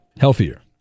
Healthier